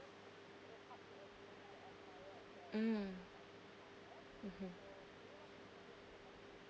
mm mmhmm